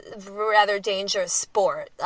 rather dangerous sport,